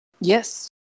Yes